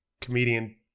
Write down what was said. comedian